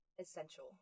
essential